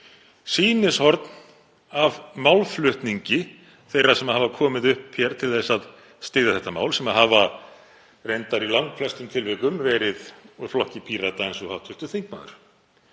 sýnishorn af málflutningi þeirra sem hafa komið upp til að styðja þetta mál, sem hafa reyndar í langflestum tilvikum verið úr flokki Pírata eins og hv. þingmaður.